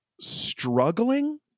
struggling